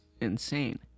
insane